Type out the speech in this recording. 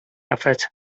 affect